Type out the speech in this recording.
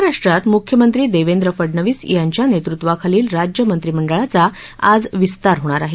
महाराष्ट्रात मुख्यमंत्री देवेंद्र फडणवीस यांच्या नेतृत्वाखालील राज्य मंत्रिमंडळाचा आज विस्तार होणार आहे